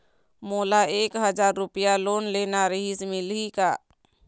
मोला एक हजार रुपया लोन लेना रीहिस, मिलही का?